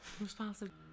Responsible